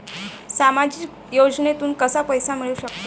सामाजिक योजनेतून कसा पैसा मिळू सकतो?